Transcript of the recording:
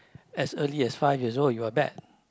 as early as five years old you're bad